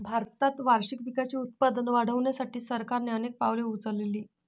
भारतात वार्षिक पिकांचे उत्पादन वाढवण्यासाठी सरकारने अनेक पावले उचलली